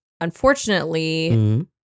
unfortunately